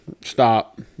stop